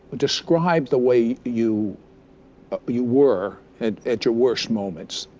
describe the way you you were at at your worst moments.